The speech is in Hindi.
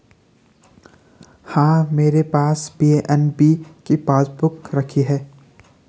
हाँ, मेरे पास पी.एन.बी की पासबुक रखी है